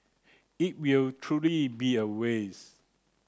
it will truly be a waste